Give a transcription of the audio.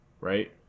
right